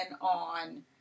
on